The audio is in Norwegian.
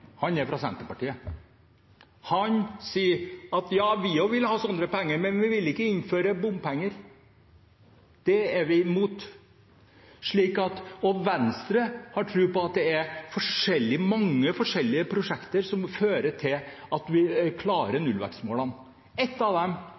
Han er fra Senterpartiet. Han sier: Ja, vi vil også ha sånne penger, men vi vil ikke innføre bompenger – det er vi imot. Venstre har tro på at det er mange forskjellige prosjekter som fører til at vi klarer